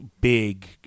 big